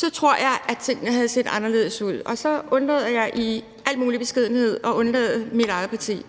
ville tingene havde set anderledes ud. Så undlader jeg i al beskedenhed at inkludere mit eget parti